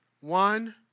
One